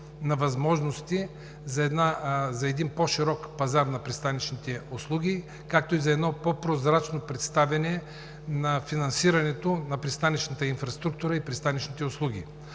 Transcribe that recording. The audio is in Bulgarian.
на възможностите за един по-широк пазар на пристанищните услуги, както и за едно по-прозрачно представяне на финансирането на пристанищната инфраструктура и пристанищните услуги.